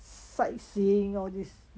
sightseeing all this